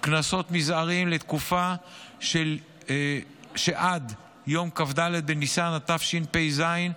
קנסות מזעריים לתקופה שעד יום כ"ד בניסן התשפ"ז,